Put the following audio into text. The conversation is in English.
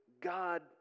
God